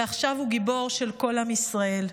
ועכשיו הוא גיבור של כל עם ישראל.